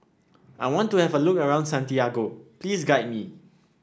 I want to have a look around Santiago please guide me